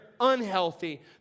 unhealthy